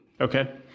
Okay